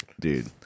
dude